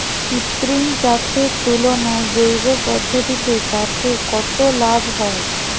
কৃত্রিম চাষের তুলনায় জৈব পদ্ধতিতে চাষে কত লাভ হয়?